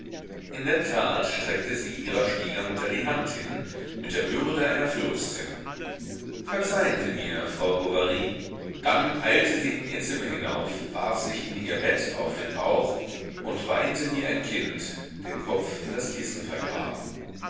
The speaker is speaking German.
in der tat streckte sie ihrer schwiegermutter die hand hin mit der würde einer fürstin verzeihen sie mir frau bovary dann eilte sie in ihr zimmer hinauf warf sich in ihr bett auf den bauch und weinte wie ein kind den kopf in das kissen vergraben